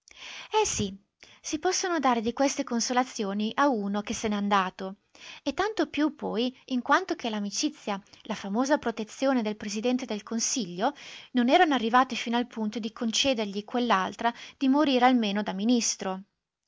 eh sì si possono dare di queste consolazioni a uno che se n'è andato e tanto più poi in quanto che l'amicizia la famosa protezione del presidente del consiglio non erano arrivate fino al punto di concedergli quell'altra di morire almeno da ministro